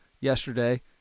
yesterday